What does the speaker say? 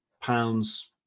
pounds